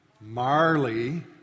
Marley